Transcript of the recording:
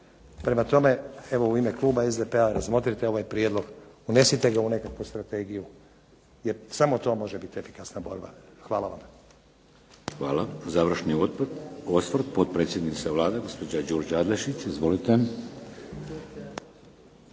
Prema tome, evo u ime kluba SDP-a razmotrite ovaj prijedlog, unesite ga u nekakvu strategiju jer samo to može biti efikasna borba. Hvala. **Šeks, Vladimir (HDZ)** Hvala. Završni osvrt potpredsjednica Vlade gospođa Đurđa Adlešić. Izvolite.